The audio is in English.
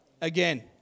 again